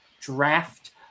draft